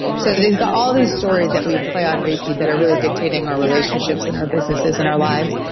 so they've got all these stories that we play on repeat that are really dictating our relationships and our businesses, and our lives.